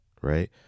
right